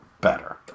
better